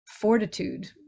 fortitude